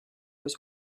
was